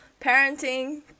parenting